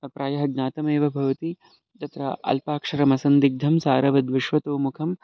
प्रायः ज्ञातमेव भवति तत्र अल्पाक्षरमसन्धिग्धं सारवद्विश्वतोमुखम्